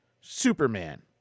Superman